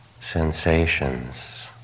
sensations